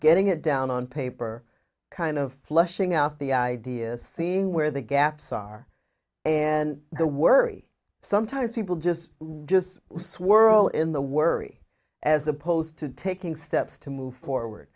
getting it down on paper kind of fleshing out the ideas seeing where the gaps are and the worry sometimes people just just swirl in the worry as opposed to taking steps to move forward